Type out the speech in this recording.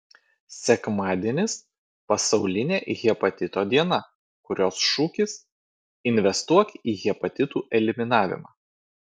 sekmadienis pasaulinė hepatito diena kurios šūkis investuok į hepatitų eliminavimą